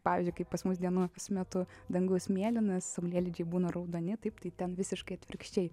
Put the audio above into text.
pavyzdžiui kai pas mus dienų metu dangus mėlynas saulėlydžiai būna raudoni taip tai ten visiškai atvirkščiai